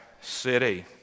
city